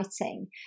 writing